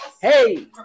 hey